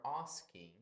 asking